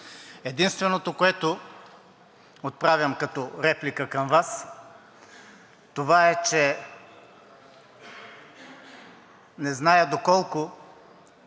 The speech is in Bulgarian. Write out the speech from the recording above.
Единственото, което отправям като реплика към Вас, това е, че не зная доколко